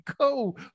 go